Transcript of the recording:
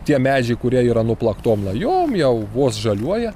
tie medžiai kurie yra nuplaktom lajom jau vos žaliuoja